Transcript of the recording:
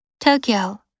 Tokyo